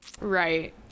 right